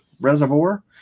Reservoir